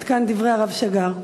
עד כאן דברי הרב שג"ר.